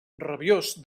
rabiós